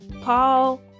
Paul